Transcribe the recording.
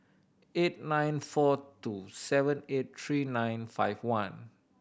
eight nine four two seven eight three nine five one